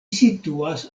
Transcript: situas